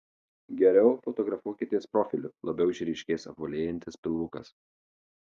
geriau fotografuokitės profiliu labiau išryškės apvalėjantis pilvukas